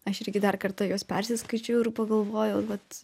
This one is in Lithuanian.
aš irgi dar kartą juos persiskaičiau ir pagalvojau vat